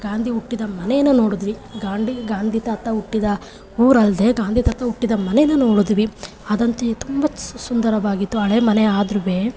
ಗಾಂಧಿ ಹುಟ್ಟಿದ ಮನೆನ ನೋಡಿದ್ವಿ ಗಾಂಧಿ ಗಾಂಧಿ ತಾತ ಹುಟ್ಟಿದ ಊರಲ್ಲದೇ ಗಾಂಧಿ ತಾತ ಹುಟ್ಟಿದ ಮನೆನ ನೋಡಿದ್ವಿ ಅದಂತೂ ತುಂಬ ಸುಂದರವಾಗಿತ್ತು ಹಳೇ ಮನೆ ಆದರೂವೇ